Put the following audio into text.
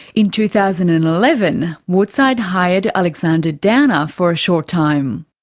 in two thousand and eleven, woodside hired alexander downer for a short time.